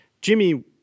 Jimmy